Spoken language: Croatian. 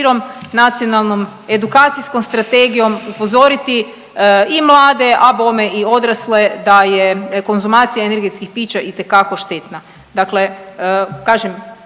nacionalnom edukacijskom strategijom upozoriti i mlade, a bole i odrasle da je konzumacija energetskih pića itekako štetna.